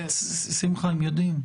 שמחה, הם יודעים.